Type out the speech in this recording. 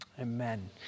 Amen